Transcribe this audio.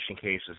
cases